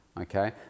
okay